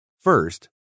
First